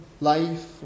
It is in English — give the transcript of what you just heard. life